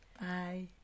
bye